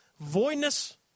voidness